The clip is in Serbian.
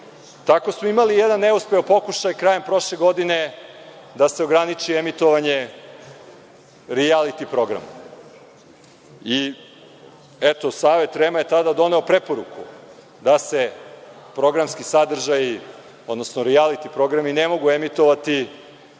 smo imali jedan neuspeo pokušaj krajem prošle godine da se ograniči emitovanje rijaliti programa. Eto, Savet REM je tada doneo preporuku da se programski sadržaji, odnosno rijaliti programi ne mogu emitovati